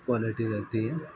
quality रहती है